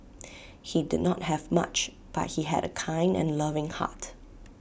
he did not have much but he had A kind and loving heart